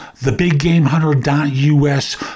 TheBigGameHunter.us